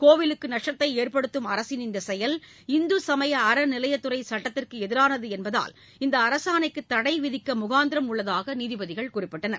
கோயிலுக்கு நஷ்டத்தை ஏற்படுத்தும் அரசின் இந்தச் செயல் இந்து சுமய அறநிலையத்துறை சட்டத்திற்கு எதிரானது என்பதால் இந்த அரசாணைக்கு தடை விதிக்க முகாந்திரம் உள்ளதாக நீதிபதிகள் குறிப்பிட்டனர்